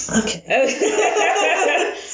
Okay